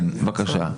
כן, בבקשה.